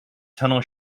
tunnel